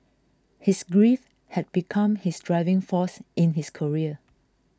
his grief had become his driving force in his career